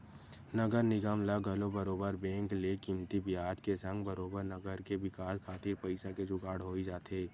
नगर निगम ल घलो बरोबर बेंक ले कमती बियाज के संग बरोबर नगर के बिकास खातिर पइसा के जुगाड़ होई जाथे